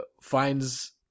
finds